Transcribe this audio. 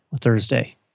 Thursday